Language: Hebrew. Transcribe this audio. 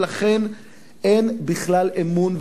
לכן אין בכלל אמון,